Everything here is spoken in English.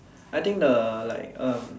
I think the like uh